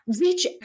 reach